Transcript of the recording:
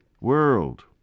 world